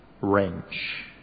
Wrench